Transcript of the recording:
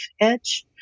edge